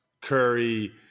Curry